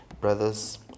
brothers